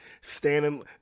Standing